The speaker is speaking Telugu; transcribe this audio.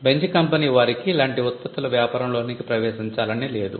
బెంజ్ కంపెనీ వారికి ఇలాంటి ఉత్పత్తుల వ్యాపారంలోకి ప్రవేశించాలని లేదు